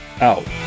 out